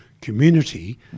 community